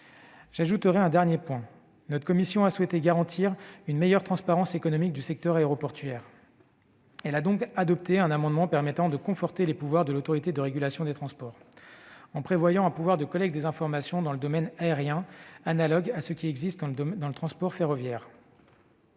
J'ajouterai un dernier point : notre commission a souhaité garantir une meilleure transparence économique du secteur aéroportuaire. Elle a donc adopté un amendement permettant de conforter les pouvoirs de l'Autorité de régulation des transports, en prévoyant un pouvoir de collecte des informations dans le domaine aérien analogue à ce qui existe pour le transport ferroviaire.